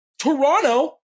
Toronto